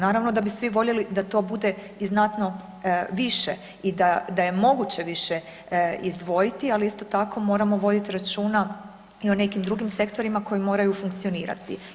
Naravno da bi svi voljeli da to bude i znatno više i da je moguće više izdvojiti, ali isto tako moramo voditi računa i o nekim drugim sektorima koji moraju funkcionirati.